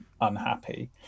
unhappy